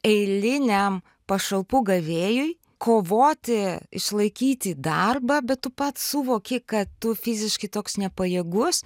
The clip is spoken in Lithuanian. eiliniam pašalpų gavėjui kovoti išlaikyti darbą bet tu pats suvoki kad tu fiziškai toks nepajėgus